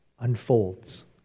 Unfolds